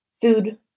food